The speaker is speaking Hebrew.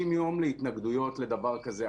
60 ימים להתנגדויות לדבר כזה.